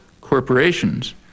corporations